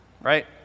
Right